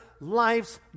life's